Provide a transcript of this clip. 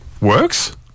Works